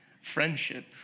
friendship